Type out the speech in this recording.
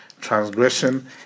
Transgression